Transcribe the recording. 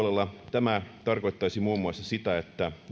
tämä tarkoittaisi muun muassa sitä että enää ei